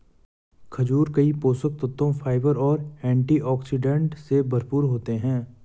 खजूर कई पोषक तत्वों, फाइबर और एंटीऑक्सीडेंट से भरपूर होते हैं